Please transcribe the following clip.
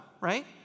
right